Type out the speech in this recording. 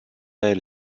elle